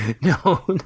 No